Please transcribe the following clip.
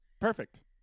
Perfect